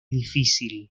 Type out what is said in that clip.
difícil